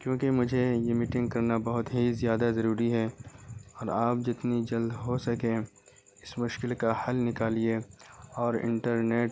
کیونکہ مجھے یہ میٹنگ کرنا بہت ہی زیادہ ضروری ہے اور آپ جتنی جلد ہو سکے اس مشکل کا حل نکالیے اور انٹرنیٹ